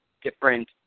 different